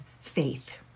faith